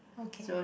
okay